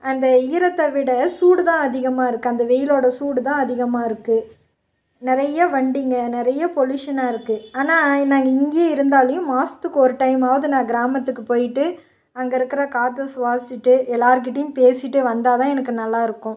அந்த ஈரத்தை விட சூடுதான் அதிகமாக இருக்குது அந்த வெயிலோடய சூடு தான் அதிகமாக இருக்குது நிறைய வண்டிங்க நிறைய பொல்யூஷனாக இருக்குது ஆனால் நாங்கள் இங்கேயே இருந்தாலேயும் மாதத்துக்கு ஒரு டைமாவது நான் கிராமத்துக்குப் போயிட்டு அங்கே இருக்கிற காற்றைச் சுவாச்சிட்டு எல்லார்கிட்டயும் பேசிட்டு வந்தால்தான் எனக்கு நல்லாயிருக்கும்